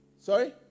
Sorry